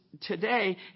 today